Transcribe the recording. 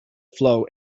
flow